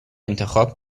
انتخاب